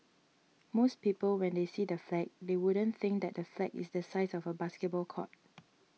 most people when they see the flag they wouldn't think that the flag is the size of a basketball court